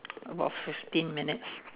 about fifteen minutes